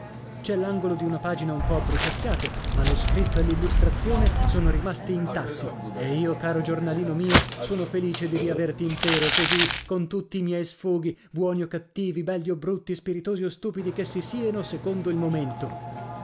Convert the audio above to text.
c'è l'angolo di una pagina un po abbruciacchiato ma lo scritto e l'illustrazione sono rimasti intatti e io caro giornalino mio sono felice di riaverti intero così con tutti i miei sfoghi buoni o cattivi belli o brutti spiritosi o stupidi ch'essi sieno secondo il momento